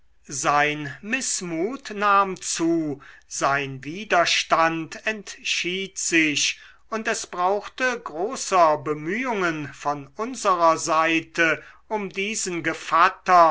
sein mißmut nahm zu sein widerstand entschied sich und es brauchte großer bemühungen von unserer seite um diesen gevatter